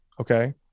okay